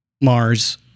Mars